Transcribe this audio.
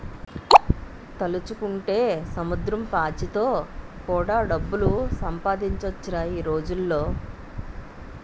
తలుచుకుంటే సముద్రం పాచితో కూడా డబ్బులు సంపాదించొచ్చురా ఈ రోజుల్లో